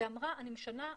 ואמרה: אני שמשנה כיוון,